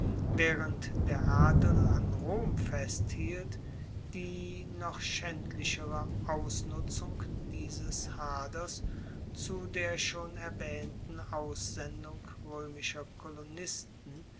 waehrend der adel an rom festhielt die noch schaendlichere ausnutzung dieses haders zu der schon erwaehnten aussendung roemischer kolonisten